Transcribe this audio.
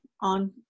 on